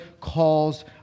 calls